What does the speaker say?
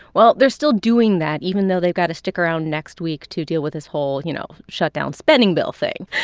well, they're still doing that, even though they've got to stick around next week to deal with this whole, you know, shutdown spending bill thing.